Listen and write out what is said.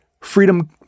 freedom